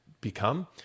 become